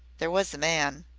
there was a man,